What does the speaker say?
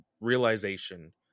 realization